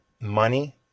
money